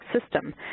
System